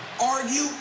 argue